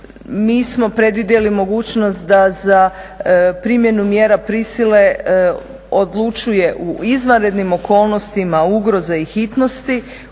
mi smo predvidjeli mogućnost da za primjenu mjera prisile odlučuje u izvanrednim okolnostima ugroze i hitnosti